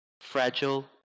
fragile